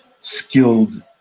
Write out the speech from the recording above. skilled